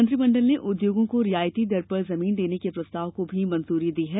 मंत्रिमंडल ने उद्योगों को रियायती दर पर जमीन देने के प्रस्ताव को भी मंजूरी दी है